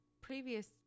previous